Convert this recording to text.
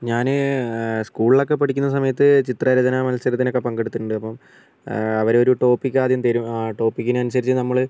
ഞാൻ സ്കൂളിലൊക്കെ പഠിക്കുന്ന സമയത്ത് ചിത്ര രചനാ മത്സരത്തിനൊക്കെ പങ്കെടുത്തിട്ടൊണ്ട് അപ്പം അവർ ഒരു ടോപ്പിക് ആദ്യം തരും ആ ടോപ്പിക്കിനനുസരിച്ച് നമ്മൾ